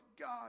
God